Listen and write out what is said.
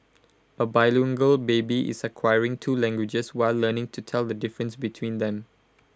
A bilingual baby is acquiring two languages while learning to tell the difference between them